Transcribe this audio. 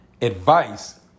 advice